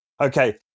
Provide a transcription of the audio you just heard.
Okay